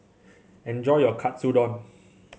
enjoy your Katsudon